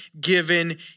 given